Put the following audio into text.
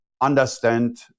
understand